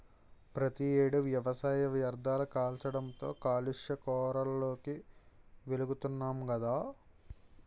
ప్రతి ఏడు వ్యవసాయ వ్యర్ధాలు కాల్చడంతో కాలుష్య కోరల్లోకి వెలుతున్నాం గదా